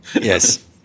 Yes